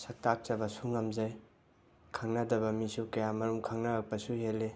ꯁꯛꯇꯥꯛꯆꯕꯁꯨ ꯉꯝꯖꯩ ꯈꯪꯅꯗꯕ ꯃꯤꯁꯨ ꯀꯌꯥꯃꯔꯨꯝ ꯈꯪꯅꯔꯛꯄꯁꯨ ꯍꯦꯜꯂꯤ